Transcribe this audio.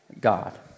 God